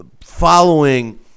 following